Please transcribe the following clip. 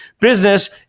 business